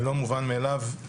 לא מובן מאליו,